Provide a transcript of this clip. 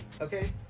okay